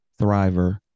thriver